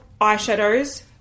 eyeshadows